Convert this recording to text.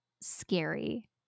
scary